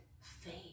faith